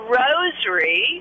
rosary